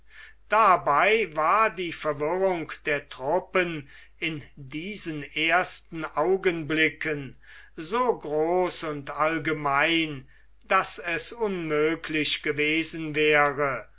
dabei war die verwirrung der truppen in diesen ersten augenblicken so groß und allgemein daß es unmöglich gewesen wäre